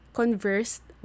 conversed